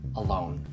alone